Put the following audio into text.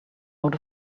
out